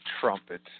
trumpet